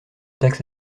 taxes